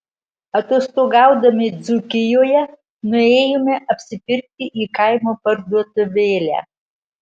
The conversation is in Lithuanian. atostogaudami dzūkijoje nuėjome apsipirkti į kaimo parduotuvėlę